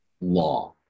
law